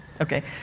Okay